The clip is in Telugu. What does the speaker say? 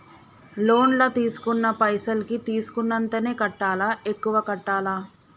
లోన్ లా తీస్కున్న పైసల్ కి తీస్కున్నంతనే కట్టాలా? ఎక్కువ కట్టాలా?